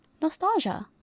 Nostalgia